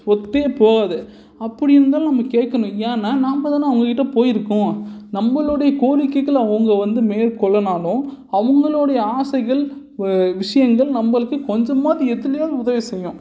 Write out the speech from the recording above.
ஒத்தே போகாது அப்படி இருந்தாலும் நம்ம கேட்கணும் ஏன்னா நாம தான் அவங்க கிட்ட போயிருக்கோம் நம்மளோடைய கோரிக்கைகள் அவங்க வந்து மேற்கொள்ளனாலும் அவங்களோடைய ஆசைகள் விஷயங்கள் நம்மளுக்கு கொஞ்சமாது எதிலேயாது உதவி செய்யும்